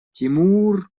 тимур